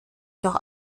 noch